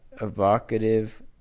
evocative